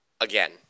again